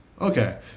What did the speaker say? okay